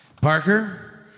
Parker